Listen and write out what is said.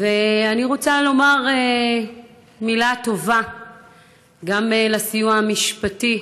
ואני רוצה לומר מילה טובה גם לסיוע המשפטי